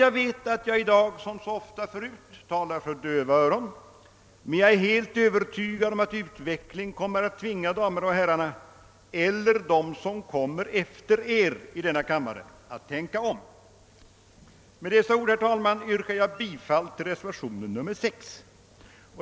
Jag vet att jag i dag som så ofta förut talar för döva öron, men jag är helt övertygad om att utvecklingen kommer att tvinga damerna och herrarna — eller dem som kommer efter er i kammaren — att tänka om. Med dessa ord, herr talman, yrkar jag bifall till reservationen 6.